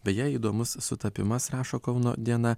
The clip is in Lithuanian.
beje įdomus sutapimas rašo kauno diena